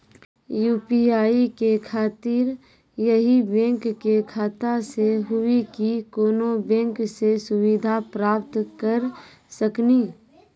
UPI के खातिर यही बैंक के खाता से हुई की कोनो बैंक से सुविधा प्राप्त करऽ सकनी?